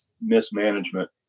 mismanagement